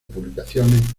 publicaciones